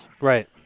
Right